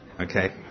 Okay